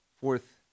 fourth